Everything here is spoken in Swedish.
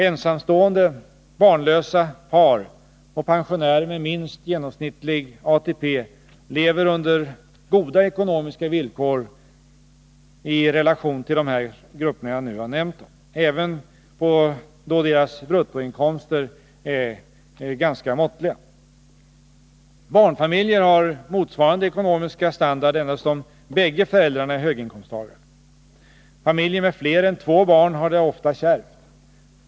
Ensamstående, barnlösa par och pensionärer med minst genomsnittlig ATP lever under goda ekonomiska villkor, i relation till de grupper jag nu nämnt, även då deras bruttoinkomster är ganska måttliga. Barnfamiljer har motsvarande ekonomiska standard endast om bägge föräldrarna är höginkomsttagare. Familjer med fler än två barn har det ofta kärvt.